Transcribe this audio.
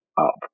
up